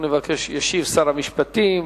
נבקש משר המשפטים